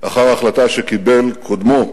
לאחר החלטה שקיבל קודמו,